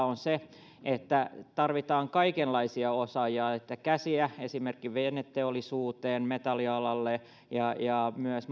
on se että tarvitaan kaikenlaisia osaajia käsiä esimerkiksi veneteollisuuteen metallialalle ja ja myös